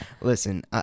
Listen